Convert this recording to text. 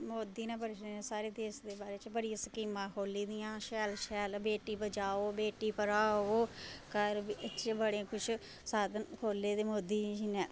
मोदी नै साढ़े देश दे बारे च बड़ी सकीमां खोह्ली दियां शैल शैल बेटी पढ़ाओ बेटी बचाओ घर बी बड़े अच्छे साधन खोह्ले दे न मोदी जी नै